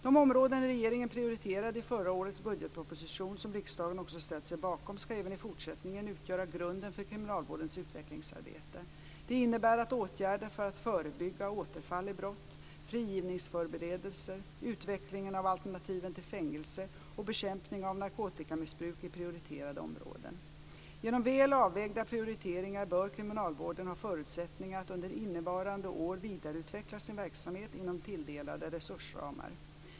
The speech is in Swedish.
De områden regeringen prioriterade i förra årets budgetproposition, som riksdagen också ställt sig bakom, ska även i fortsättningen utgöra grunden för kriminalvårdens utvecklingsarbete. Det innebär att åtgärder för att förebygga återfall i brott, frigivningsförberedelser, utvecklingen av alternativen till fängelse och bekämpning av narkotikamissbruk är prioriterade områden. Genom väl avvägda prioriteringar bör kriminalvården ha förutsättningar att under innevarande år vidareutveckla sin verksamhet inom tilldelade resursramar.